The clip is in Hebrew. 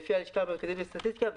כללי "לפי הלשכה המרכזית לסטטיסטיקה",